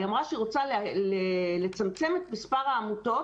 היא אמרה שהיא רוצה לצמצם את מספר העמותות